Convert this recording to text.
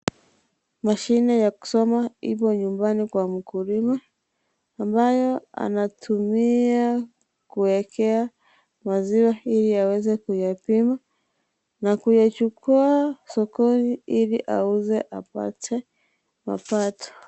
Mashine ya kusoma iko nyumbani kwa mkulima ambayo anatumia kuekea maziwa iliaweze kuyapima kuyachukua sokoni ili auze apate mapato.